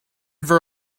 for